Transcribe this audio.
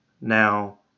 now